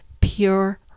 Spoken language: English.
pure